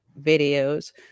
videos